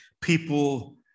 People